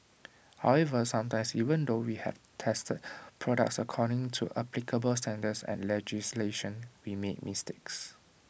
however sometimes even though we have tested products according to applicable standards and legislation we make mistakes